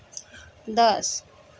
दस